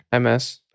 MS